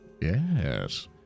yes